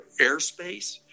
airspace